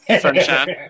Sunshine